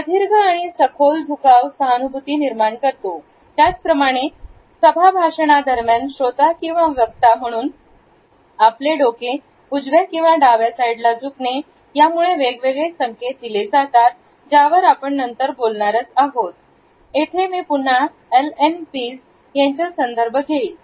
प्रदीर्घ आणि सखोल झुकाव सहानुभूती निर्माण करतो त्याचप्रमाणे सम भाषणादरम्यान श्रोता किंवा वक्ता म्हणून आपले डोके उजव्या किंवा डाव्या साईडला झुकणे त्यामुळे वेगवेगळे संकेत दिले जातात ज्यावर आपण नंतर बोलणारच आहोत इथे मी पुन्हा एल एन पिज याचा संदर्भ घेईल